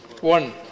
One